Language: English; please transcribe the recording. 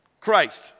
Christ